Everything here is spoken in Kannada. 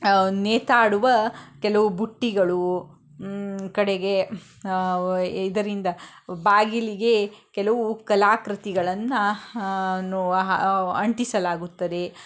ನೇತಾಡುವ ಕೆಲವು ಬುಟ್ಟಿಗಳು ಕಡೆಗೆ ಇದರಿಂದ ಬಾಗಿಲಿಗೆ ಕೆಲವು ಕಲಾಕೃತಿಗಳನ್ನು ಅಂಟಿಸಲಾಗುತ್ತದೆ